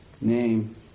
name